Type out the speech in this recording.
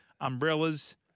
umbrellas